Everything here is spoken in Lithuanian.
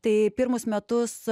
tai pirmus metus